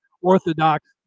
orthodox